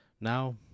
Now